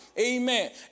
Amen